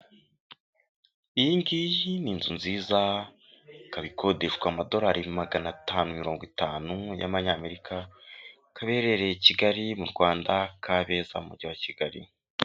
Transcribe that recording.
Iyi ngiyi ni inzu nziza ikaba ikodeshwa amadolari magana atanu mirongo itanu y'amanyamerika ikaba iherereye Kigali mu Rwanda Kabeza mu mujyi wa Kigali.